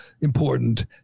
important